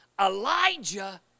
Elijah